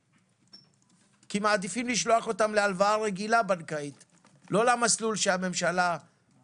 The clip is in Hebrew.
כי מעדיפים לשלוח אותם להלוואה בנקאית רגילה ולא למסלול הממשלתי.